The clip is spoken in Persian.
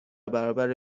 برابر